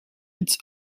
its